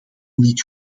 niet